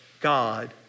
God